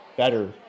Better